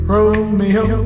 Romeo